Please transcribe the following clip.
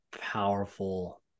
powerful